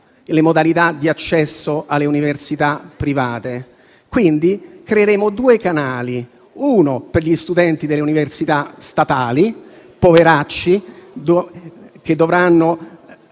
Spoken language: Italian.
le modalità di accesso alle università private. Quindi creeremo due canali: da una parte, ci saranno gli studenti delle università statali, poveracci, che avranno